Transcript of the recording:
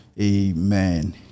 Amen